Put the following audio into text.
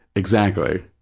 exactly.